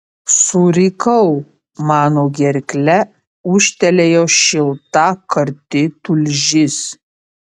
surikau mano gerkle ūžtelėjo šilta karti tulžis